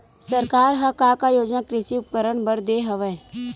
सरकार ह का का योजना कृषि उपकरण बर दे हवय?